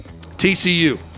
TCU